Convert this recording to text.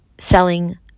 selling